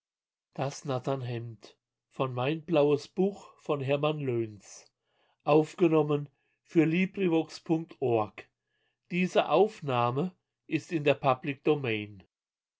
die erde in der